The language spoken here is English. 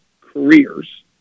careers